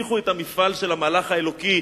תמשיכו את המפעל של המהלך האלוקי.